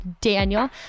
Daniel